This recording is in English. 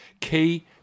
Key